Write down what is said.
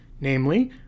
namely